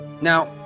Now